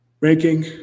ranking